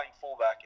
fullback